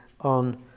on